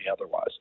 otherwise